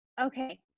Okay